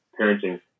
parenting